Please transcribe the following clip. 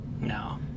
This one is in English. No